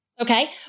Okay